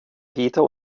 peter